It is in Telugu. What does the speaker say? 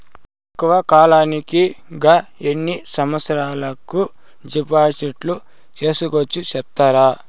తక్కువ కాలానికి గా ఎన్ని సంవత్సరాల కు డిపాజిట్లు సేసుకోవచ్చు సెప్తారా